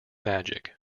magic